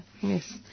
Yes